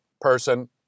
person